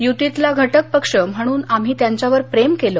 युतीतला घटक पक्ष म्हणून आम्ही त्यांच्यावर प्रेम केलं